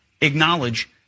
acknowledge